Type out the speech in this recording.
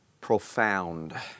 profound